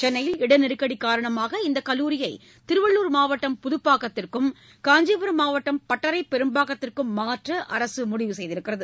சென்னையில் இட நெருக்கடி காரணமாக இந்தக் கல்லூரியை திருவள்ளூர் மாவட்டம் புதப்பாக்கத்திற்கும் காஞ்சிபுரம் மாவட்டம் பட்டறைப்பெரும்பாக்கத்திற்கும் மாற்ற அரசு முடிவு செய்துள்ளது